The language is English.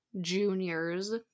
juniors